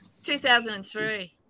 2003